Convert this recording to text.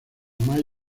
major